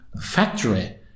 factory